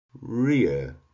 rear